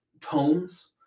tones